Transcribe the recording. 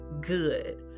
good